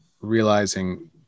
realizing